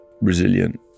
resilient